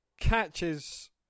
Catches